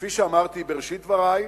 כפי שאמרתי בראשית דברי,